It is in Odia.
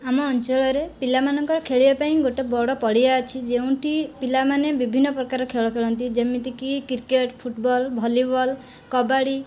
ଆମ ଅଞ୍ଚଳରେ ପିଲାମାନଙ୍କର ଖେଳିବା ପାଇଁ ଗୋଟିଏ ବଡ଼ ପଡ଼ିଆ ଅଛି ଯେଉଁଠି ପିଲାମାନେ ବିଭିନ୍ନ ପ୍ରକାର ଖେଳ ଖେଳନ୍ତି ଯେମିତିକି କ୍ରିକେଟ ଫୁଟବଲ ଭଲିବଲ କବାଡ଼ି